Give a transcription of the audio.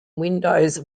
windows